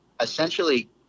essentially